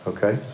Okay